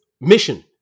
mission